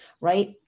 right